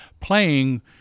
playing